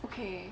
okay